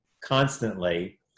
constantly